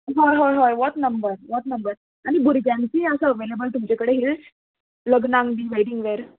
हय हय हय होच नंबर होच नंबर आनी भुरग्यांचीय आसा अवेलेबल तुमचे कडेन हिल्स लग्नाक बी वेडींग वेर